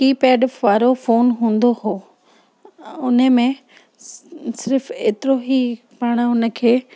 की पेड वारो फ़ोन हूंदो हो अ उने में सि सिर्फ़ु एतिरो ई पाण हुन खे